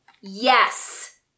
yes